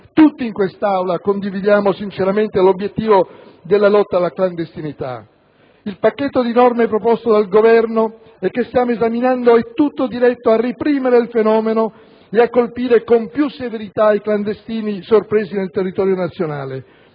Tutti in quest'Aula condividiamo sinceramente l'obiettivo della lotta alla clandestinità. Il pacchetto di norme proposto dal Governo e che stiamo esaminando è tutto diretto a reprimere il fenomeno ed a colpire con più severità i clandestini sorpresi nel territorio nazionale.